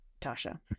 Tasha